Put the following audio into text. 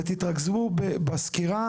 ותתרכזו בסקירה,